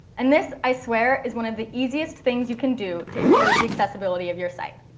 and this, i swear, is one of the easiest things you can do to improve the accessibility of your site.